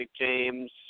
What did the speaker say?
James